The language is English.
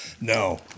No